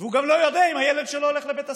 והוא גם לא יודע אם הילד שלו הולך לבית הספר,